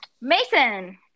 Mason